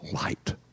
light